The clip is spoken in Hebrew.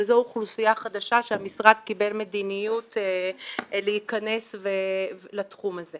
אבל זו אוכלוסייה חדשה שהמשרד קבע מדיניות לתחום הזה.